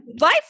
life